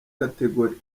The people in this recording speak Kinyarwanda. categorie